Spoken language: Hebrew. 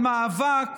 במאבק